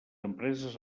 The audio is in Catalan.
empreses